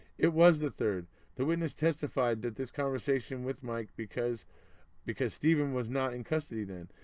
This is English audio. it was the third the witness testified that this conversation with mike. because because stephen was not in custody then.